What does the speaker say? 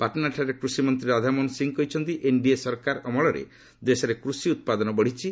ପାଟନାଠାରେ କୃଷିମନ୍ତ୍ରୀ ରାଧାମୋହନ ସିଂହ କହିଛନ୍ତି ଏନ୍ଡିଏ ସରକାର ଅମଳରେ ଦେଶରେ କୃଷି ଉତ୍ପାଦନ ବଢ଼ିଛି